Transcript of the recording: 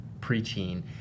preaching